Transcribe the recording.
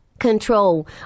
Control